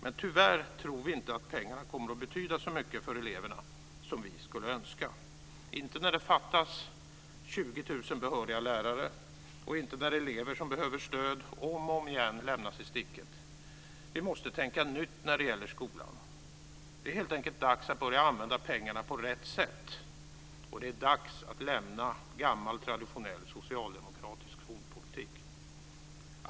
Men tyvärr tror vi inte att pengarna kommer att betyda så mycket för eleverna som vi skulle önska, inte när det fattas 20 000 behöriga lärare och inte när elever som behöver stöd om och om igen lämnas i sticket. Vi måste tänka nytt när det gäller skolan. Det är helt enkelt dags att börja använda pengarna på rätt sätt. Det är dags att lämna gammal traditionell socialdemokratisk skolpolitik.